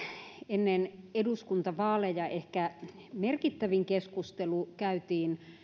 ennen eduskuntavaaleja ehkä merkittävin keskustelu käytiin